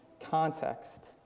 context